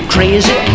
Crazy